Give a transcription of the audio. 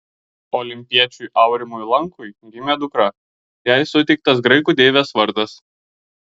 olimpiečiui aurimui lankui gimė dukra jai suteiktas graikų deivės vardas